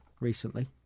recently